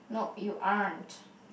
nope you aren't